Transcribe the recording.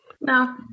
No